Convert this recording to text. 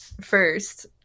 first